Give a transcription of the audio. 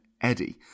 Eddie